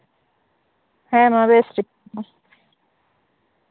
ᱦᱮᱸ ᱢᱟ ᱵᱮᱥ ᱴᱷᱤᱠ ᱜᱮᱭᱟ